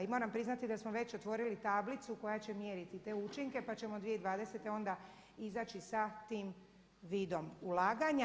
I moram priznati da smo već otvorili tablicu koja će mjeriti te učinke pa ćemo 2020. onda izaći sa tim vidom ulaganja.